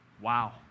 Wow